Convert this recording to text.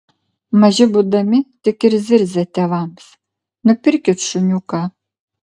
maži būdami tik ir zirzia tėvams nupirkit šuniuką